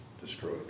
destroyed